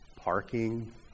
parking